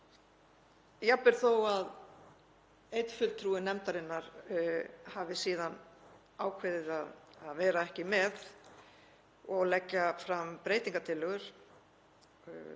jafnvel þó að einn fulltrúi nefndarinnar hafi síðan ákveðið að vera ekki með og leggja fram breytingartillögur